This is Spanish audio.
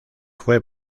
fue